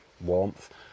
warmth